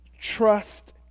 trust